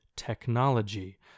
technology